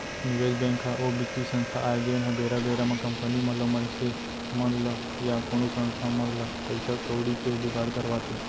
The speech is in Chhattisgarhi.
निवेस बेंक ह ओ बित्तीय संस्था आय जेनहा बेरा बेरा म कंपनी मन ल मनसे मन ल या कोनो संस्था मन ल पइसा कउड़ी के जुगाड़ करवाथे